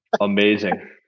Amazing